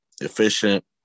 efficient